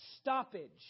stoppage